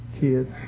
kids